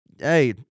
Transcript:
Hey